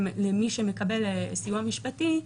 למי שמקבל סיוע משפטי,